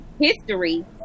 history